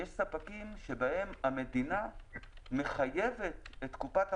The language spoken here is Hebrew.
שבהם המדינה מחייבת את קופת החולים,